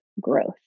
growth